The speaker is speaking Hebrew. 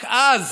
רק אז